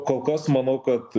kol kas manau kad